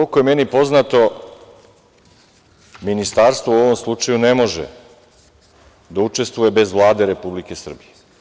Koliko je meni poznato, ministarstvo u ovom slučaju ne može da učestvuje bez Vlade Republike Srbije.